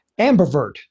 ambivert